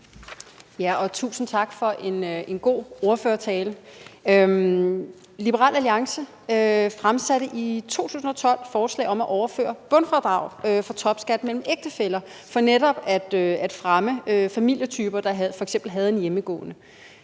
(NB): Tusind tak for en god ordførertale. Liberal Alliance fremsatte i 2012 et forslag om at overføre bundfradrag fra topskat mellem ægtefæller for netop at fremme familietyper, der f.eks. havde en hjemmegående.